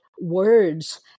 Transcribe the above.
words